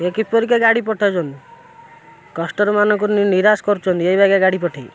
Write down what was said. ଏ କିପରିକା ଗାଡ଼ି ପଠାଉଚନ୍ତି କଷ୍ଟମରମାନଙ୍କୁ ନିରାଶ୍ କରୁଚନ୍ତି ଏଇ ବାଗିଆ ଗାଡ଼ି ପଠେଇକି